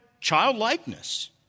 childlikeness